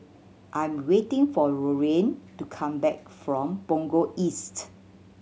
I'm waiting for Dorian to come back from Punggol East